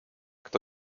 kto